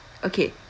okay